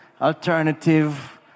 alternative